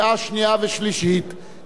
אין לחוק זה הסתייגויות.